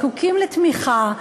זקוקות לתמיכה,